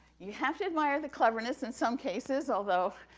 you have to admire the cleverness, in some cases, although,